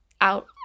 out